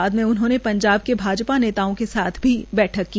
बाद में उन्होंने पंजाब के भाजपा नेताओं के साथ भी बैठक की